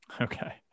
Okay